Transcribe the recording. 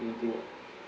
didn't think ah